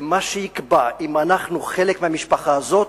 ומה שיקבע אם אנחנו חלק מהמשפחה הזאת,